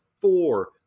four